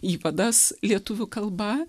įvadas lietuvių kalba